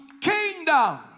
kingdom